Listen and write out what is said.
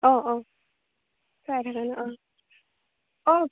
অঁ অঁ অঁ অঁ